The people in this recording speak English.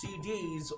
CDs